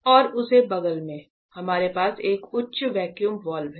और उसके बगल में हमारे पास एक उच्च वैक्यूम वाल्व हैं